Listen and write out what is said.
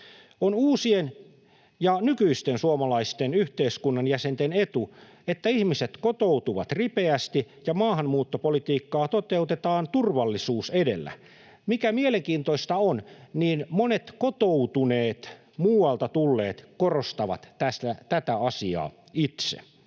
On uusien ja nykyisten suomalaisten yhteiskunnan jäsenten etu, että ihmiset kotoutuvat ripeästi ja maahanmuuttopolitiikkaa toteutetaan turvallisuus edellä. Mielenkiintoista on, että monet kotoutuneet, muualta tulleet korostavat tätä asiaa itse.